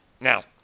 Now